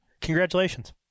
Congratulations